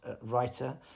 writer